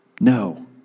No